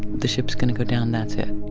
the ship's going to go down. that's it